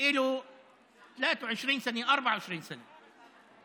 יש 24 שנות ניסיון.